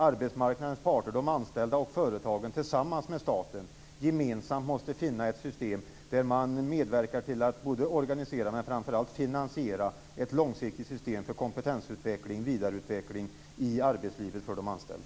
Arbetsmarknadens parter, de anställda och företagen måste tillsammans med staten gemensamt finna ett system där man medverkar till att organisera men framför allt finansiera ett långsiktigt system för kompetensutveckling och vidareutveckling i arbetslivet för de anställda.